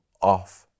off